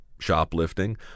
shoplifting